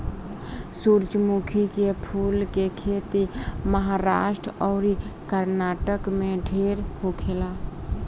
सूरजमुखी के फूल के खेती महाराष्ट्र अउरी कर्नाटक में ढेर होखेला